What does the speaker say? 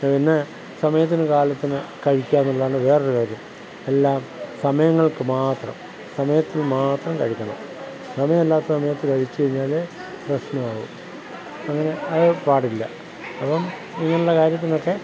പിന്നെ സമയത്തിനും കാലത്തിനും കഴിക്കുകയെന്നുള്ളതാണ് വേറൊരു കാര്യം എല്ലാം സമയങ്ങൾക്കു മാത്രം സമയത്തിനു മാത്രം കഴിക്കണം സമയമില്ലാത്ത സമയത്തു കഴിച്ചു കഴിഞ്ഞാൽ പ്രശ്നമാകും അങ്ങനെ അതു പാടില്ല അപ്പം ഇങ്ങനെയുള്ള കാര്യത്തിനൊക്കെ